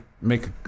make